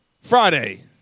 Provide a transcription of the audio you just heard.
Friday